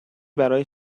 برای